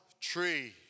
tree